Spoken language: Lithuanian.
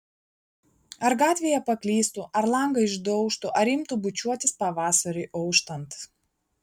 ar gatvėje paklystų ar langą išdaužtų ar imtų bučiuotis pavasariui auštant